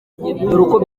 uko